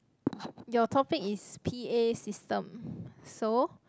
your topic is P_A system so